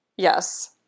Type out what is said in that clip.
Yes